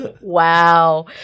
Wow